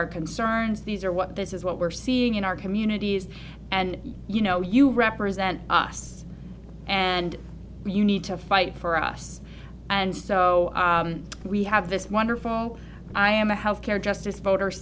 concerns these are what this is what we're seeing in our communities and you know you represent us and you need to fight for us and so we have this wonderful i am a health care justice voter